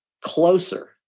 closer